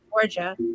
Georgia